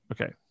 okay